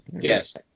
Yes